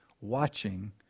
watching